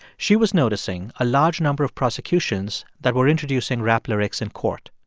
she was noticing a large number of prosecutions that were introducing rap lyrics in court.